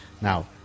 Now